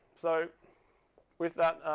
so with that,